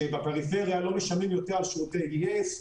שבפריפריה לא משלמים יותר על שירותי יס,